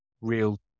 real